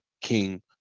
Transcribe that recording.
King